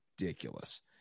ridiculous